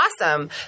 awesome